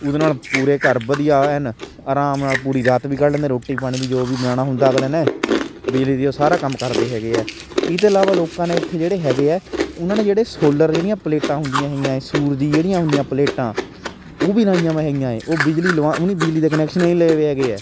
ਉਹਦੇ ਨਾਲ ਪੂਰੇ ਘਰ ਵਧੀਆ ਐਨ ਆਰਾਮ ਨਾਲ ਪੂਰੀ ਰਾਤ ਵੀ ਕੱਢ ਲੈਂਦੇ ਰੋਟੀ ਪਾਣੀ ਵੀ ਜੋ ਵੀ ਬਣਾਉਣਾ ਹੁੰਦਾ ਅਗਲੇ ਨੇ ਬਿਜਲੀ ਦੀਆਂ ਸਾਰਾ ਕੰਮ ਕਰਦੇ ਹੈਗੇ ਹੈ ਇਹ ਤੋਂ ਇਲਾਵਾ ਲੋਕਾਂ ਨੇ ਇੱਥੇ ਜਿਹੜੇ ਹੈਗੇ ਹੈ ਉਹਨਾਂ ਨੇ ਜਿਹੜੇ ਸੋਲਰ ਜਿਹੜੀਆਂ ਪਲੇਟਾਂ ਹੁੰਦੀਆਂ ਹੈਗੀਆਂ ਏ ਸੂਰ ਦੀ ਜਿਹੜੀਆਂ ਹੁੰਦੀਆਂ ਪਲੇਟਾਂ ਉਹ ਵੀ ਲਾਈਆਂ ਵੀ ਹੈਗੀਆਂ ਏ ਉਹ ਬਿਜਲੀ ਲਵਾ ਉਹਨਾਂ ਬਿਜਲੀ ਦੇ ਕਨੈਕਸ਼ਨ ਏ ਲਏ ਵੇ ਹੈਗੇ ਹੈ